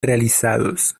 realizados